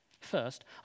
First